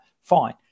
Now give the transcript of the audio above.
Fine